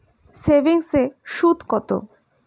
সেভিংসে সুদ কত?